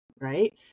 right